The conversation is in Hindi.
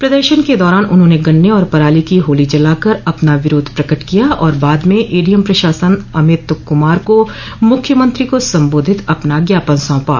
प्रदर्शन के दौरान उन्होंने गन्ने और पराली की होलो जलाकर अपना विरोध प्रकट किया और बाद में एडीएम प्रशासन अमित कुमार को मुख्यमंत्री को संबोधित अपना ज्ञापन सौंपा